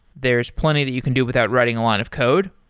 there is plenty that you can do without writing a line of code,